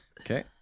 Okay